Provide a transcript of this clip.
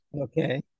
Okay